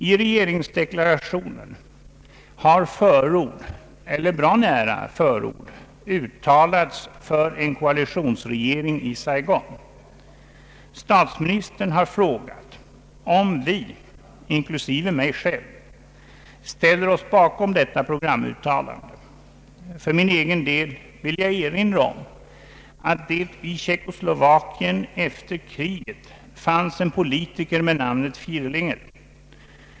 I regeringsdeklarationen har förord, eller bra nära förord, uttalats för en koalitionsregering i Saigon. Statsministern har frågat om vi, inklusive jag själv, ställer oss bakom detta programuttalande. För min egen del vill jag erinra om att det i Tjeckoslovakien efter kriget fanns en politiker med namnet Fierlinger.